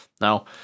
Now